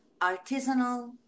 artisanal